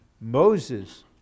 Moses